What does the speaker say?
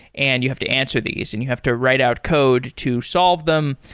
and you have to answer these and you have to write out code to solve them.